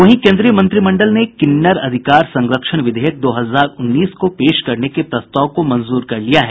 वहीं केंद्रीय मंत्रिमंडल ने किन्नर अधिकार संरक्षण विधेयक दो हजार उन्नीस को पेश करने के प्रस्ताव को मंजूर कर लिया है